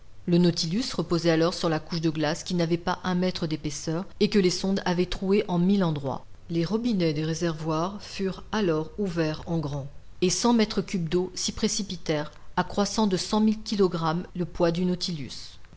le nautilus reposait alors sur la couche de glace qui n'avait pas un mètre d'épaisseur et que les sondes avaient trouée en mille endroits les robinets des réservoirs furent alors ouverts en grand et cent mètres cubes d'eau s'y précipitèrent accroissant de cent mille kilogrammes le poids du nautilus